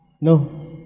no